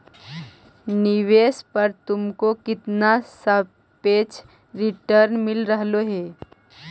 निवेश पर तुमको कितना सापेक्ष रिटर्न मिल रहलो हे